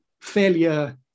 failure